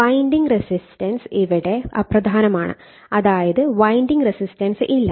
winding resistance ഇവിടെ അപ്രധാനമാണ് അതായത് വൈൻഡിങ് റെസിസ്റ്റൻസ് ഇല്ല